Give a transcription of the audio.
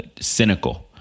cynical